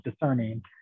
discerning